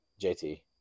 jt